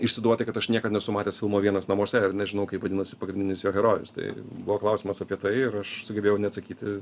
išsiduoti kad aš niekad nesu matęs filmo vienas namuose ir nežinau kaip vadinasi pagrindinis jo herojus tai buvo klausimas apie tai ir aš sugebėjau neatsakyti